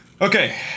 Okay